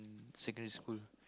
secondary school